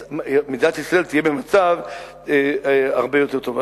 ומדינת ישראל תהיה במצב הרבה יותר טוב.